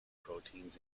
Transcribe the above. proteins